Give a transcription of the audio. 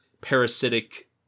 parasitic